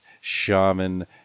Shaman